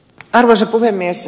arvoisa puhemies